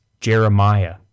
Jeremiah